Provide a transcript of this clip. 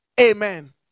Amen